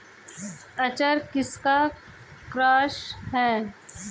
खच्चर किसका क्रास है?